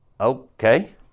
Okay